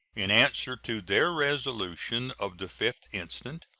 in answer to their resolution of the fifth instant,